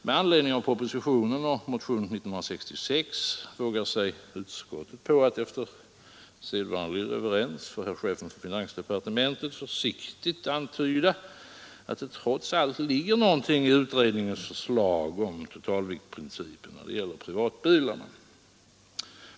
Med anledning av propositionen och motionen 1966 vågar sig utskottet på att — efter sedvanlig reverens för herr chefen för finansdepartementet — försiktigt antyda att det trots allt ligger något i utredningens förslag om totalviktsprincipen när det gäller privatbilarna.